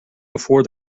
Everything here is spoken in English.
before